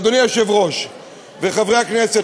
אדוני היושב-ראש וחברי הכנסת,